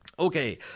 Okay